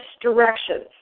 directions